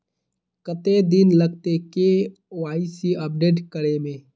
कते दिन लगते के.वाई.सी अपडेट करे में?